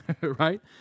right